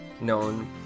known